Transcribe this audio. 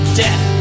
death